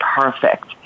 perfect